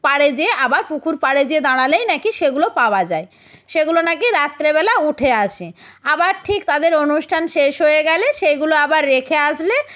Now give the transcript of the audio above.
পাড়ে যেয়ে আবার পুকুর পাড়ে যেয়ে দাঁড়ালেই নাকি সেগুলো পাওয়া যায় সেগুলো নাকি রাত্রিবেলা উঠে আসে আবার ঠিক তাদের অনুষ্ঠান শেষ হয়ে গেলে সেইগুলো আবার রেখে আসলে